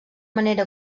manera